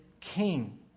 king